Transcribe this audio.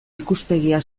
ikuspegia